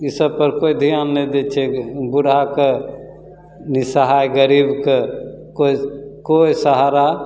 ई सबपर कोइ धिआन नहि दै छै बुढ़हाके निसहाय गरीबके कोइ कोइ सहारा